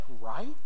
right